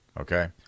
Okay